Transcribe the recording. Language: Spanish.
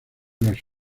las